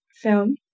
film